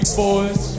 boys